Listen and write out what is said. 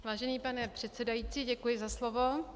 Vážený pane předsedající, děkuji za slovo.